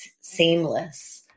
seamless